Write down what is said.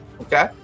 Okay